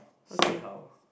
see how